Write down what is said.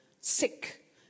sick